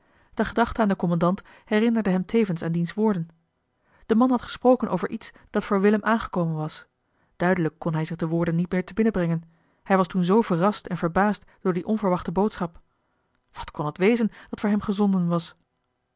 de gedachte aan den kommandant herinnerde hem tevens aan diens woorden de man had gesproken over iets dat voor willem aangekomen was duidelijk kon hij zich de woorden niet meer te binnen brengen hij was toen zoo verrast en verbaasd door die onverwachte boodschap wat kon het wezen dat voor hem gezonden was